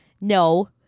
No